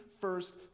first